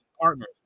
partners